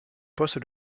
poste